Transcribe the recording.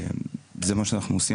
וזה מה שאנחנו עושים,